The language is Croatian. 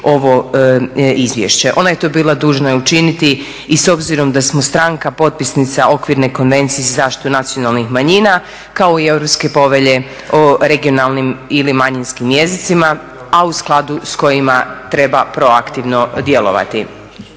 ovo izvješće. Ona je to bila dužna i učiniti i s obzirom da smo stranka potpisnica okvirne Konvencije za zaštitu nacionalnih manjina kao i Europske povelje o regionalnim ili manjinskim jezicima a u skladu s kojima treba proaktivno djelovati.